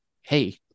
hey